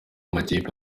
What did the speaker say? amakipe